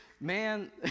man